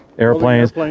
Airplanes